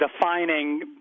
defining